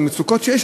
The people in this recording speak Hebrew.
למצוקות שיש,